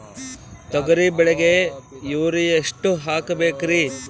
ತೊಗರಿ ಬೆಳಿಗ ಯೂರಿಯಎಷ್ಟು ಹಾಕಬೇಕರಿ?